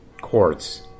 quartz